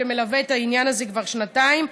שמלווה את העניין הזה כבר שנתיים,